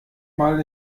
mal